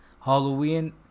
Halloween